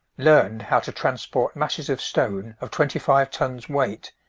learned how to transport masses of stone of twenty-five tons weight,